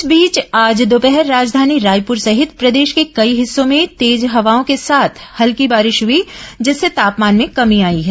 इस बीच आज दोपहर राजधानी रायपुर सहित प्रदेश के कई हिस्सों में तेज हवाओं के साथ हल्की बारिश हुई जिससे तापमान में कमी आई है